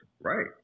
right